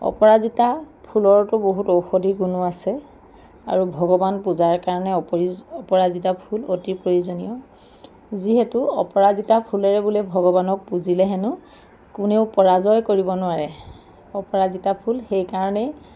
অপৰাজিতা ফুলৰটো বহুত ঔষধি গুণো আছে আৰু ভগৱান পূজাৰ কাৰণে অপৰি অপৰাজিতা ফুল অতি প্ৰয়োজনীয় যিহেতু অপৰাজিতা ফুলেৰে বোলে ভগৱানক পুজিলে হেনো কোনেও পৰাজয় কৰিব নোৱাৰে অপৰাজিতা ফুল সেই কাৰণেই